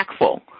impactful